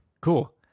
cool